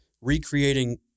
recreating